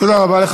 תודה רבה לך.